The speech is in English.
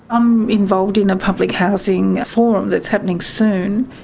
i'm involved in a public housing forum that's happening soon,